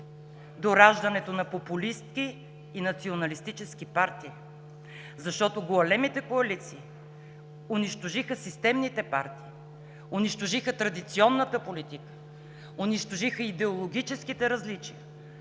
до раждането на популистки и националистически партии, защото големите коалиции унищожиха системните партии, унищожиха традиционната политика, унищожиха идеологическите различия